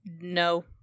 no